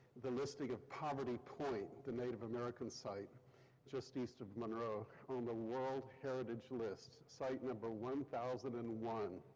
the listing of poverty point, the native american site just east of monroe, on the world heritage list, site number one thousand and one